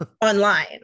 online